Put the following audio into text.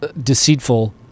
deceitful